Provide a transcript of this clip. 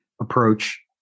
approach